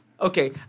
Okay